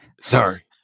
Sorry